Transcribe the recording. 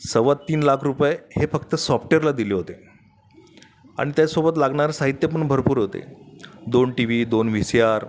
सव्वा तीन लाख रुपये हे फक्त सॉफ्टवेअरला दिले होते आणि त्या सोबत लागणारं साहित्य पण भरपूर होते दोन टी व्ही दोन व्ही सी आर